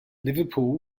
liverpool